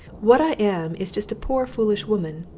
what i am, is just a poor foolish woman,